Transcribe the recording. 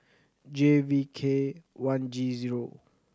J V K one G zero